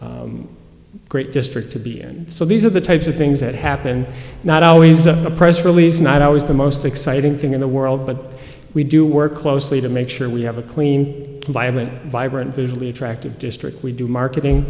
all great district to be and so these are the types of things that happen not always a press release not always the most exciting thing in the world but we do work closely to make sure we have a clean environment vibrant visually attractive district we do marketing